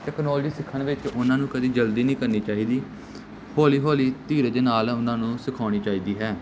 technology ਸਿੱਖਣ ਵਿੱਚ ਉਹਨਾਂ ਨੂੰ ਕਦੇ ਜਲਦੀ ਨਹੀਂ ਕਰਨੀ ਚਾਹੀਦੀ ਹੌਲੀ ਹੌਲੀ ਧੀਰਜ ਨਾਲ ਉਹਨਾਂ ਨੂੰ ਸਿਖਾਉਣੀ ਚਾਹੀਦੀ ਹੈ